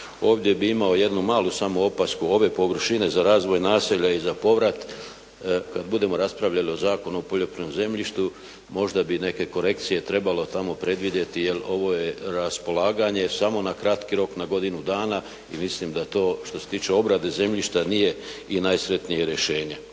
Ovdje bi imao jednu malu samo opasku ove površine za razvoj naselja i za povrat, kada budemo raspravljali o Zakonu o poljoprivrednom zemljištu, možda bi neke korekcije trebalo tamo predvidjeti jer ovo je raspolaganje samo na kratki rok na godinu dana i mislim da to što se tiče obrade zemljišta nije i najsretnije rješenje.